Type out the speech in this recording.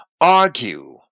argue